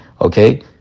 okay